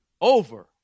over